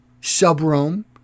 sub-room